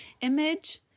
image